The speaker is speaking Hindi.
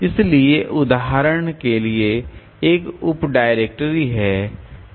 इसलिए उदाहरण के लिए एक उप डायरेक्टरी है